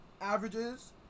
averages